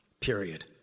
period